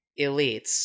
elites